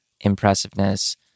impressiveness